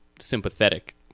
sympathetic